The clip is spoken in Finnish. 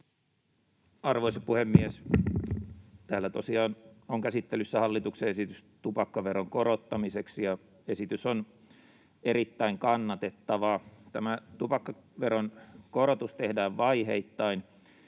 Arvoisa puhemies! Täällä tosiaan on käsittelyssä hallituksen esitys tupakkaveron korottamiseksi, ja esitys on erittäin kannatettava. Tämä tupakkaveron korotus tehdään vaiheittain.